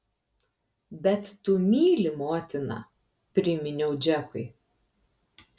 bet tu myli motiną priminiau džekui